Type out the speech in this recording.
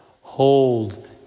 Hold